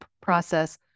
process